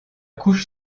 couche